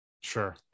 Sure